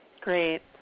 Great